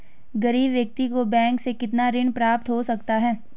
गरीब व्यक्ति को बैंक से कितना ऋण प्राप्त हो सकता है?